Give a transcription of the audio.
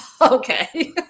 okay